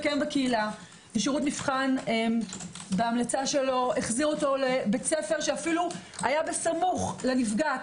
שירות מבחן בהמלצה שלו החזיר אותו לבית ספר שאפילו היה בסמוך לנפגעת.